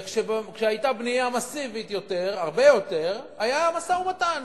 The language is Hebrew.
וכשהיתה בנייה מסיבית הרבה יותר היה משא-ומתן,